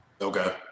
okay